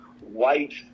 white